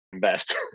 best